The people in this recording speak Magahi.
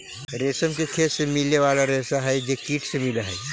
रेशम के खेत से मिले वाला रेशा हई जे कीट से मिलऽ हई